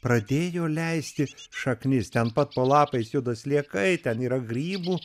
pradėjo leisti šaknis ten pat po lapais juda sliekai ten yra grybų